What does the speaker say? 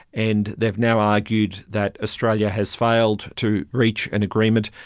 and they have now argued that australia has failed to reach an agreement,